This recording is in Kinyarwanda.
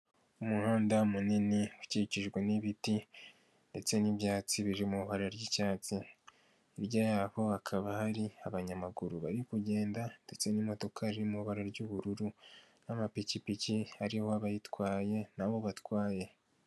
Umuhanda munini ukikijwe n'ibiti ndetse n'ibyatsi biri mu ibara ry'icyatsi, hirya yaho hakaba hari abanyamaguru bari kugenda ndetse n'imodoka harimo ibara ry'ubururu n'amapikipiki ariho abayitwaye n'abo batwaye.